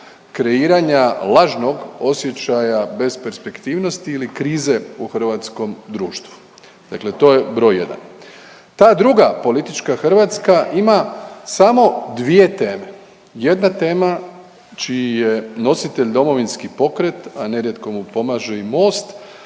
kreiranja lažnog osjećaja besperspektivnosti ili krize u hrvatskom društvu. Dakle, to je broj jedan. Ta druga politička Hrvatska ima samo dvije teme. Jedna tema čiji je nositelj Domovinski pokret, a nerijetko mu pomaže i Most